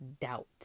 doubt